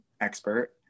expert